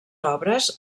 obres